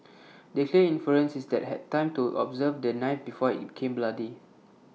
the clear inference is that had time to observe the knife before IT became bloody